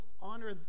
honor